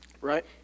right